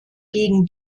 gegen